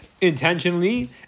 intentionally